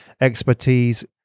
expertise